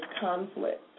conflict